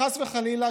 חס וחלילה,